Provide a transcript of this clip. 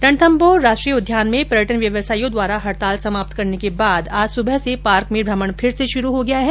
रणथम्भौर राष्ट्रीय उद्यान में पर्यटन व्यावसायियों द्वारा हड़ताल समाप्त करने के बाद आज सुबह से पार्क में भ्रमण फिर से शुरु हो गया है